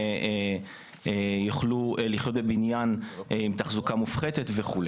אנשים יוכלו לחיות בבניין עם תחזוקה מופחתת וכו'.